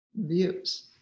views